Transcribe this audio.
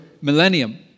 millennium